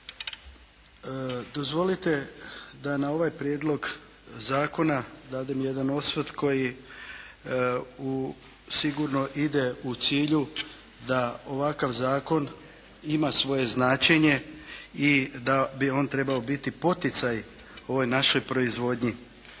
Dozvolite da na ovaj prijedlog zakona dadem jedan osvrt koji sigurno ide u cilju da ovakav zakon ima svoje značenje i da bi on trebao biti poticaj ovoj našoj proizvodnji.